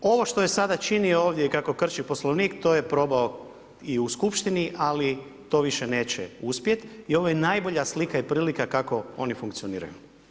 Ovo što je sada činio ovdje i kako krši Poslovnik, to je probao i u Skupštini, ali to više neće uspjet', i ovo je najbolja slika i prilika, kako oni funkcioniraju.